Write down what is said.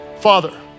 Father